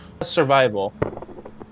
survival